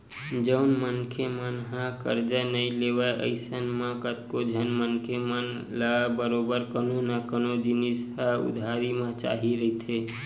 जउन मनखे मन ह करजा नइ लेवय अइसन म कतको झन मनखे मन ल बरोबर कोनो न कोनो जिनिस ह उधारी म चाही रहिथे